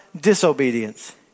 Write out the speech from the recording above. disobedience